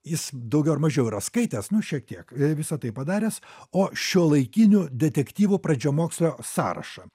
jis daugiau ar mažiau yra skaitęs nu šiek tiek visa tai padaręs o šiuolaikinių detektyvų pradžiamokslio sąrašą